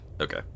Okay